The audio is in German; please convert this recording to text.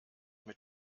mit